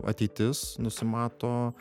ateitis nusimato